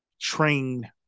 train